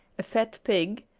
a fat pig,